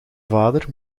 vader